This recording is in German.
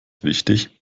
wichtig